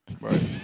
Right